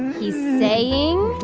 he's saying.